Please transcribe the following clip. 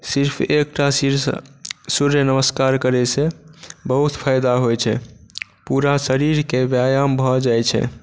सिर्फ एकटा शीर्ष सूर्य नमस्कार करयसँ बहुत फायदा होइत छै पूरा शरीरके व्यायाम भऽ जाइत छै